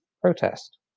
protest